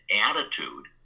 attitude